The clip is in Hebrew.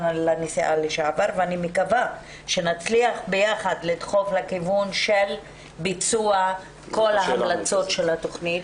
אני מקווה שנצליח ביחד לדחוף לכיוון של ביצוע כל ההמלצות של הוועדה.